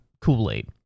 Kool-Aid